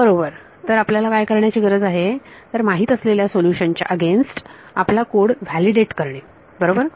बरोबर तर आपल्याला काय करण्याची गरज आहे तर माहित असलेल्या सोल्युशन्स च्या अगेन्स्ट आपला कोड व्हॅलिडेट करणे बरोबर